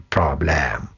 Problem